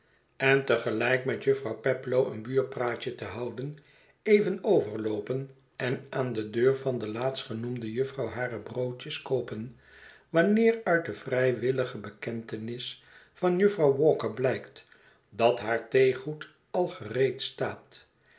en te gelijk met jufvrouw peplow een buurpraatje te houden even overloopen en aan de deur van de laatstgenoemde jufvrouw hare broodjes koopen wanneer uit de vrijwillige bekentenis van jufvrouw walker blijkt dat haar theegoed al gereed staat